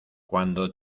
cuando